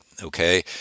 Okay